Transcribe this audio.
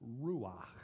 ruach